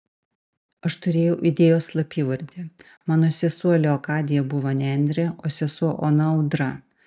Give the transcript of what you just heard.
aš turėjau idėjos slapyvardį mano sesuo leokadija buvo nendrė o sesuo ona audra